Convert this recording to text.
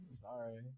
Sorry